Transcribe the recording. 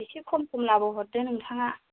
एसे खम खमलाबो हरदो नोंथाङा